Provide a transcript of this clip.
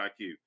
IQ